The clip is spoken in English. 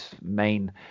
main